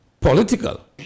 political